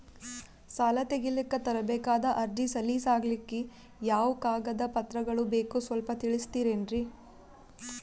ಸಾಲ ತೆಗಿಲಿಕ್ಕ ತರಬೇಕಾದ ಅರ್ಜಿ ಸಲೀಸ್ ಆಗ್ಲಿಕ್ಕಿ ಯಾವ ಕಾಗದ ಪತ್ರಗಳು ಬೇಕು ಸ್ವಲ್ಪ ತಿಳಿಸತಿರೆನ್ರಿ?